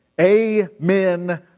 Amen